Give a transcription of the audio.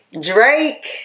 Drake